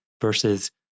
versus